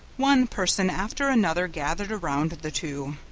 one person after another gathered around the two.